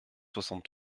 soixante